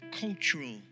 cultural